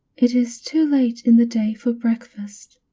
it is too late in the day for breakfast,